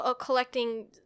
Collecting